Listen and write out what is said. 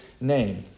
name